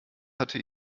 hatte